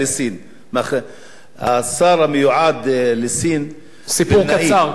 השר המיועד לסין מתן וילנאי,